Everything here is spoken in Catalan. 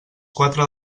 quatre